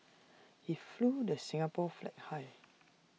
he flew the Singapore flag high